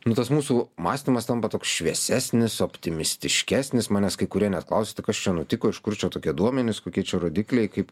nu tas mūsų mąstymas tampa toks šviesesnis optimistiškesnis manęs kai kurie net klausia tai kas čia nutiko iš kur čia tokie duomenys kokie čia rodikliai kaip